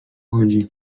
chodzi